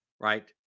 right